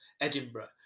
Edinburgh